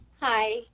Hi